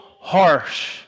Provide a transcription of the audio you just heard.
harsh